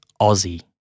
Aussie